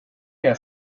jag